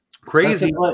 Crazy